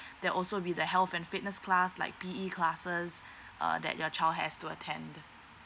there also be the health and fitness class like P_E classes err that your child has to attend